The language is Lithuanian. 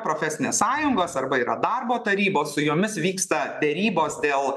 profesinės sąjungos arba yra darbo tarybos su jomis vyksta derybos dėl